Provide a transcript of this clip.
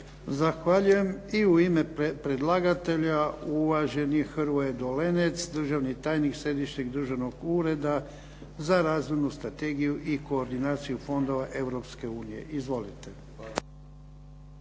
Zahvaljujem. I u ime predlagatelja uvaženi Hrvoje Dolenec, državni tajnik Središnjeg državnog ureda za razvojnu strategiju i koordinaciju fondova Europske